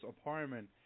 apartment